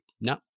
No